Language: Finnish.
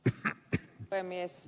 arvoisa puhemies